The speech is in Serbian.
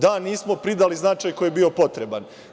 Da - nismo pridali značaj koji je bio potreban.